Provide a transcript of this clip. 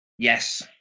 Yes